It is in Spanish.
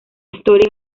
story